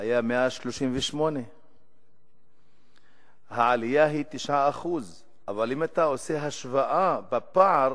היו 138. העלייה היא 9%. אבל אם אתה עושה השוואה בפער,